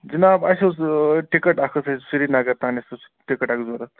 جِناب اَسہِ ٲس ٹِکَٹ اَکھ ٲس اَسہِ سرینگر تانٮ۪تھ ٲس ٹِکَٹ اَکھ ضوٚرَتھ